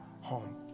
home